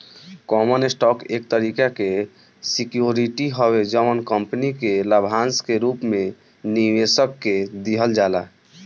common stock एक तरीका के सिक्योरिटी हवे जवन कंपनी के लाभांश के रूप में निवेशक के दिहल जाला